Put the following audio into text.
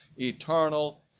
eternal